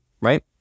right